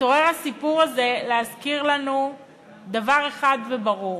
התעורר הסיפור הזה להזכיר לנו דבר אחד וברור: